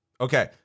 okay